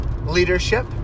leadership